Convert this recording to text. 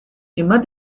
immer